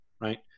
right